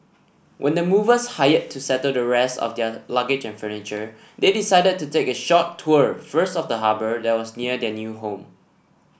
when the movers hired to settle the rest of their luggage and furniture they decided to take a short tour first of the harbour that was near their new home